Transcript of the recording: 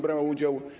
Brała udział.